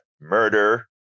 murder